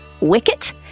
Wicket